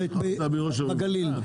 בחירות בגליל.